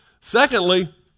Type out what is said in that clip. Secondly